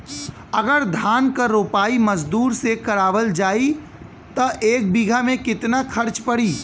अगर धान क रोपाई मजदूर से करावल जाई त एक बिघा में कितना खर्च पड़ी?